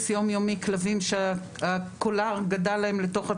יום-יומי כלבים שהקולר גדל להם לתוך הצוואר,